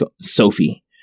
Sophie